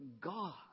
God